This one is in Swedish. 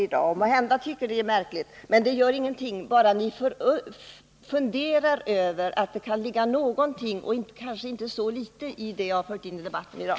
Måhända tycker ni att det här är märkligt, men det gör ingenting bara ni funderar över om det kan ligga någonting — och kanske inte så litet — i det jag fört in i debatten i dag.